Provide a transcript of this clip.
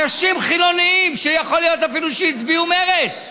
אנשים חילונים, שיכול להיות שאפילו הצביעו מרצ,